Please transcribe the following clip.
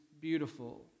beautiful